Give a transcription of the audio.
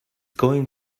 going